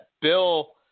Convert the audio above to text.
bill